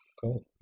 cool